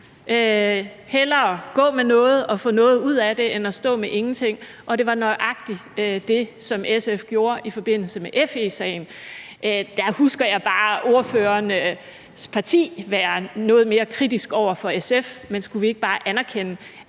Hellere gå med noget og få noget ud af det end at stå med ingenting. Og det var nøjagtig det, som SF gjorde i forbindelse med FE-sagen. Der husker jeg bare, at ordførerens parti var noget mere kritisk over for SF. Men skulle vi ikke bare anerkende,